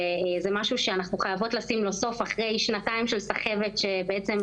וזה משהו שאנחנו חייבות לשים לו סוף אחרי שנתיים של סחבת שבהן,